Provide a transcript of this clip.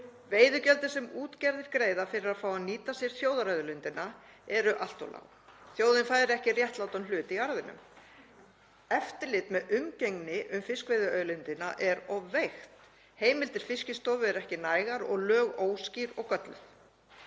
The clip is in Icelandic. Veiðigjöldin sem útgerðir greiða fyrir að fá að nýta sér þjóðarauðlindina eru allt of lág. Þjóðin fær ekki réttlátan hlut í arðinum. Eftirlit með umgengni um fiskveiðiauðlindina er of veikt. Heimildir Fiskistofu eru ekki nægar og lög óskýr og gölluð.